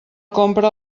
compra